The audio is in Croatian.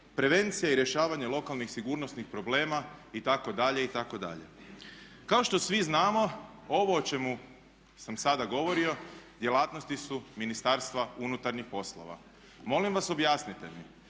prevencija i rješavanje lokalnih sigurnosnih problema itd. itd." Kao što svi znamo ovo o čemu sam sada govorio djelatnosti su Ministarstva unutarnjih poslova. Molim vas objasnite mi